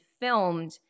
filmed